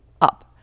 UP